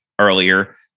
earlier